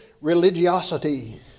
religiosity